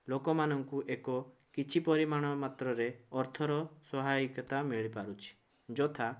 ଲୋକମାନଙ୍କୁ ଏକ କିଛି ପରିମାଣ ମାତ୍ରାରେ ଅର୍ଥର ସହାୟିକତା ମିଳିପାରୁଛି ଯଥା